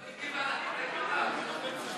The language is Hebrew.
היא לא הגיבה על דברי התורה.